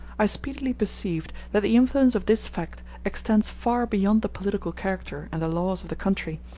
i speedily perceived that the influence of this fact extends far beyond the political character and the laws of the country,